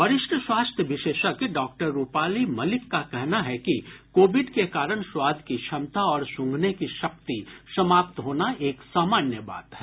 वरिष्ठ स्वास्थ्य विशेषज्ञ डॉक्टर रुपाली मलिक का कहना है कि कोविड के कारण स्वाद की क्षमता और सूंघने की शक्ति समाप्त होना एक सामान्य बात है